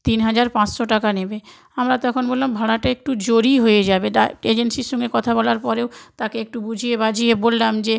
তিন হাজার পাঁচশো টাকা নেবে আমরা তখন বললাম ভাড়াটা একটু জোরই হয়ে যাবে ডা এজেন্সির সঙ্গে কথা বলার পরেও তাকে একটু বুঝিয়ে বাঝিয়ে বললাম যে